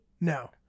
No